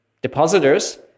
depositors